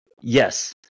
Yes